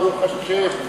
ברוך השם,